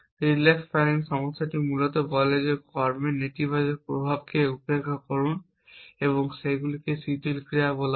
relax planning সমস্যাটি মূলত বলে কর্মের নেতিবাচক প্রভাবকে উপেক্ষা করুন এবং সেগুলিকে শিথিল ক্রিয়া বলা হয়